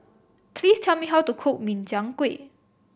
please tell me how to cook Min Chiang Kueh